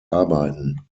arbeiten